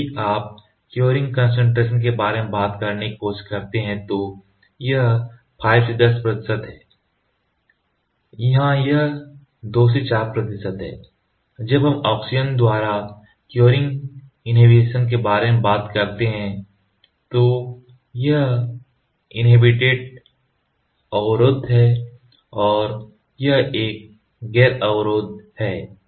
फिर यदि आप curing concentration के बारे में बात करने की कोशिश करते हैं तो यह 5 से 10 प्रतिशत है यहां यह 2 से 4 प्रतिशत है जब हम ऑक्सीजन द्वारा curing inhibition के बारे में बात करते हैं तो यह अवरोध हैं और यह एक गैर अवरोध है